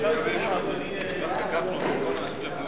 הצעת סיעת קדימה